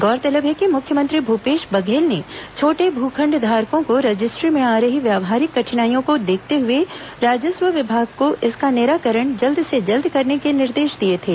गौरतलब है कि मुख्यमंत्री भूपेश बघेल ने छोटे भू खंड धारकों को रजिस्ट्री में आ रही व्यावहारिक कठिनाइयों को देखते हुए राजस्व विभाग को इसका निराकरण जल्द से जल्द करने के निर्देश दिए थे